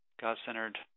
God-centered